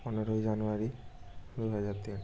পনেরোই জানুয়ারি দু হাজার তিন